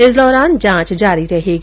इस दौरान जांच जारी रहेगी